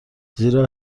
زیرا